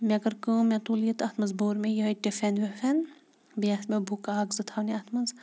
مےٚ کٔر کٲم مےٚ تُل یہِ تہٕ اَتھ منٛز بوٚر مےٚ یِہٕے ٹِفٮ۪ن وِفٮ۪ن بیٚیہِ آسہٕ مےٚ بُکہٕ اَکھ زٕ تھاونہِ اَتھ منٛز